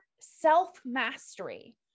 self-mastery